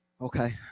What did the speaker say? Okay